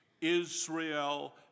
Israel